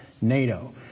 NATO